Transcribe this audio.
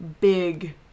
big